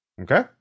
Okay